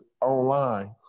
online